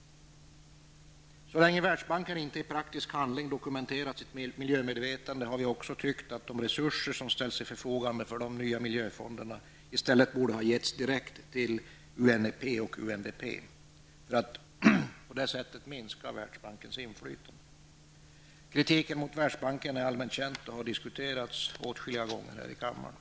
Så länge Världsbanken inte i praktisk handling dokumenterar sitt miljömedvetande tycker vi att de resurser som ställs till förfogande beträffande de nya miljöfonderna i stället borde ges direkt till UNEP och UNDP för att på det sättet minska världsbankens inflytande. Kritiken mot Världsbanken är allmänt känd och har diskuterats åtskilliga gånger här i kammaren.